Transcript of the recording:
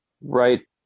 right